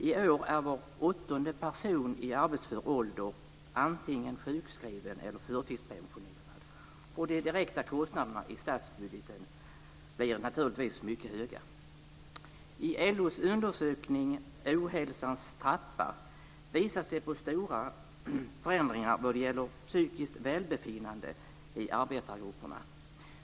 I år är var åttonde person i arbetsför ålder antingen sjukskriven eller förtidspensionerad. De direkta kostnaderna i statsbudgeten blir naturligtvis mycket höga. I LO:s undersökning Ohälsans trappa visas det på stora förändringar vad gäller psykiskt välbefinnande i arbetargrupperna.